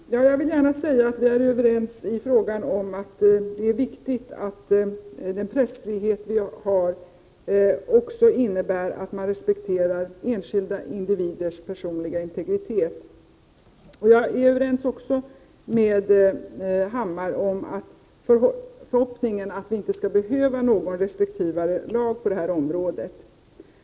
Herr talman! Jag vill gärna säga att jag är överens med Bo Hammar i frågan om att det är viktigt att den pressfrihet vi har också innebär att man respekterar enskilda individers personliga integritet. Jag är också överens med Bo Hammar i förhoppningen att vi inte skall behöva någon restriktivare lag på detta område.